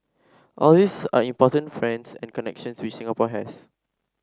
all these are important friends and connections which Singapore has